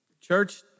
Church